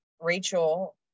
Rachel